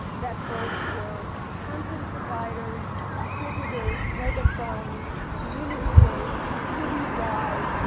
that both were content providers, distributors, megaphones, community based, citywide,